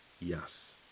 yes